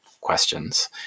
questions